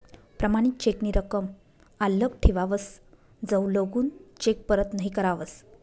प्रमाणित चेक नी रकम आल्लक ठेवावस जवलगून चेक परत नहीं करावस